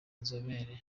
nzobere